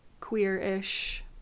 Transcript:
queer-ish